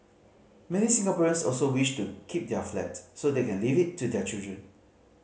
many Singaporeans also wish to keep their flat so they can leave it to their children